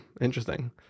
Interesting